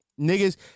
niggas